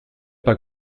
pas